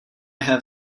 have